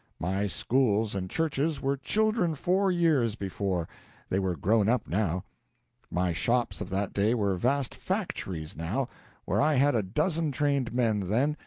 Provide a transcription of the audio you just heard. my schools and churches were children four years before they were grown-up now my shops of that day were vast factories now where i had a dozen trained men then,